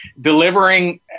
Delivering